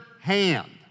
hand